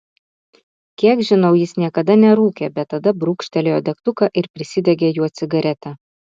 kiek žinau jis niekada nerūkė bet tada brūkštelėjo degtuką ir prisidegė juo cigaretę